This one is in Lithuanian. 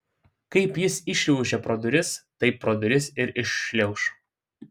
kaip jis įšliaužė pro duris taip pro duris ir iššliauš